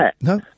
No